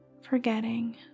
forgetting